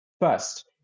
First